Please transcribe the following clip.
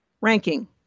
ranking